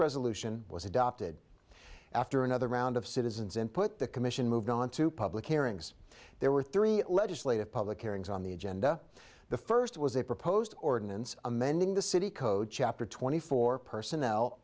resolution was adopted after another round of citizens input the commission moved on to public hearings there were three legislative public hearings on the agenda the first was a proposed ordinance amending the city code chapter twenty four personnel